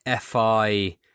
FI